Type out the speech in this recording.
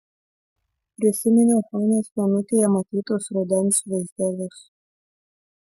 prisiminiau hanos vienutėje matytus rudens vaizdelius